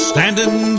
Standing